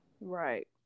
Right